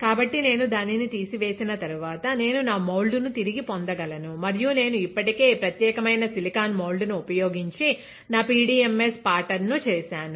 కాబట్టి నేను దానిని తీసివేసిన తరువాత నేను నా మౌల్డ్ ను తిరిగి పొందగలను మరియు నేను ఇప్పటికే ఈ ప్రత్యేకమైన సిలికాన్ మౌల్డ్ ను ఉపయోగించి నా PDMS పాటర్న్ ను చేశాను